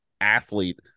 athlete